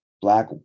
black